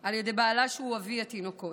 על ידי בעלה, שהוא אבי התינוקות.